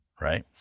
right